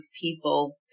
people